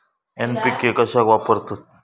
NPK कशाक वापरतत?